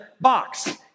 box